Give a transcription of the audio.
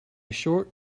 short